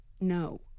no